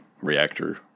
reactor